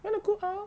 you want to go out